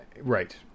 Right